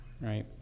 right